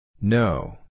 No